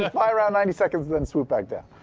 ah fly around ninety seconds and swoop back down.